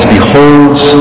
Beholds